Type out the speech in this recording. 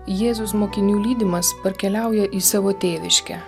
jėzus mokinių lydimas parkeliauja į savo tėviškę